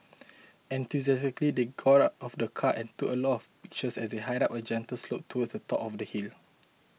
enthusiastically they got out of the car and took a lot of pictures as they hiked up a gentle slope towards the top of the hill